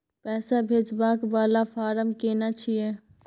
पैसा भेजबाक वाला फारम केना छिए?